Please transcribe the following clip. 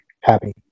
happy